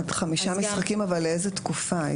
עד חמישה משחקים, אבל לאיזה תקופה?